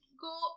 go